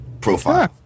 profile